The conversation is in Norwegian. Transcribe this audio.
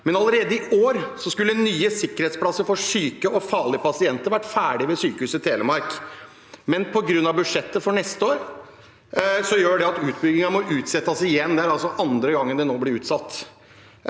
Men allerede i år skulle nye sikkerhetsplasser for syke og farlige pasienter vært ferdig ved Sykehuset Telemark. På grunn av budsjettet for neste år må utbyggingen utsettes igjen, og det er andre gangen det blir utsatt.